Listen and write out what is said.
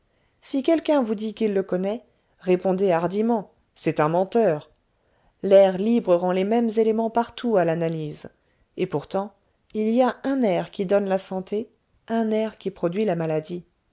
si quelqu'un vous dit qu'il le connaît répondez hardiment c'est un menteur l'air libre rend les mêmes éléments partout à l'analyse et pourtant il y a un air qui donne la santé un air qui produit la maladie